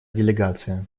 делегация